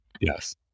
Yes